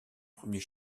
premier